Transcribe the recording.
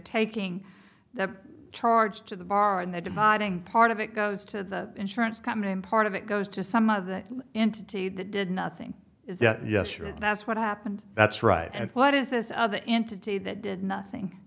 taking the charge to the bar and they're dividing part of it goes to the insurance company and part of it goes to some of the entity that did nothing is that yes sure that's what happened that's right and what is this other entity that did nothing